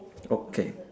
okay